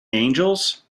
angels